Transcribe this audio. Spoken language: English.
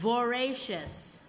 voracious